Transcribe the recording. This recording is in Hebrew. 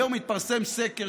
היום התפרסם סקר